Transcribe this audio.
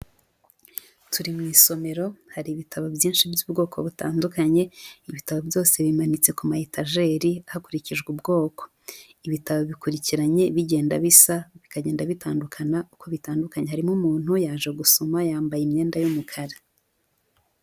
Turi mu isomero hari ibitabo byinshi by'ubwoko butandukanye, ibitabo byose bimanitse ku mayetajeri hakurikijwe ubwoko, ibitabo bikurikiranye bigenda bisa bikagenda bitandukana uko bitandukanye, harimo umuntu yaje gusoma yambaye imyenda y'umukara.